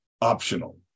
optional